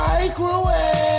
Microwave